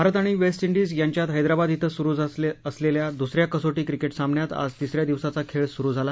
भारत आणि West Indies यांच्यात हैदराबाद इथं सुरू असलेल्या दुसऱ्या कसोटी क्रिकेट सामन्यात आज तिसऱ्या दिवसाचा खेळ सुरु झाला